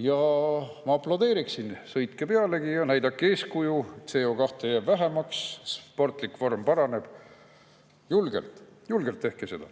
Ma aplodeeriksin. Sõitke pealegi, näidake eeskuju, CO2jääb vähemaks, sportlik vorm paraneb. Julgelt tehke seda!